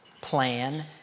plan